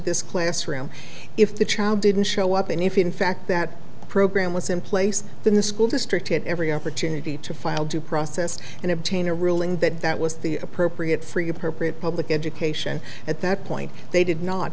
this classroom if the child didn't show up and if in fact that program was in place in the school district at every opportunity to file due process and obtain a ruling that that was the appropriate free of her pre publication at that point they did not